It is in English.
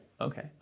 okay